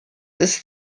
ist